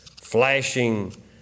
flashing